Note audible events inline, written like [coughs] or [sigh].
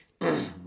[coughs]